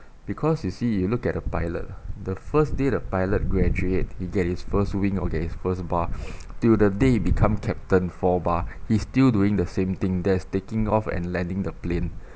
because you see you look at the pilot ah the first day the pilot graduate he get its first wing okay his first bar till the day he become captain four bar he's still doing the same thing that is taking off and landing the plane